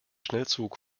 schnellzug